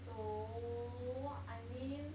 so I mean